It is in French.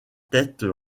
têtes